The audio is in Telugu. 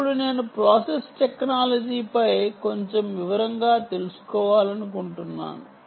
ఇప్పుడు నేను ప్రాసెస్ టెక్నాలజీపై కొంచెం వివరంగా తెలుసుకోవాలనుకుంటున్నాను